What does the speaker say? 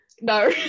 No